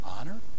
honor